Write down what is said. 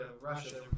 Russia